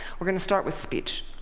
we're going to start with speech.